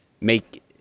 make